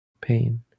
pain